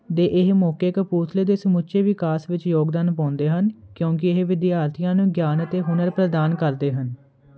ਤੇ ਇਹ ਮੌਕੇ ਕਪੂਰਥਲੇ ਦੇ ਸਮੁੱਚੇ ਵਿਕਾਸ ਵਿੱਚ ਯੋਗਦਾਨ ਪਾਉਂਦੇ ਹਨ ਕਿਉਂਕੀ ਇਹ ਵਿਦਿਆਰਥੀਆਂ ਨੂੰ ਗਿਆਨ ਅਤੇ ਹੁਨਰ ਪ੍ਰਦਾਨ ਕਰਦੇ ਹਨ